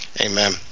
Amen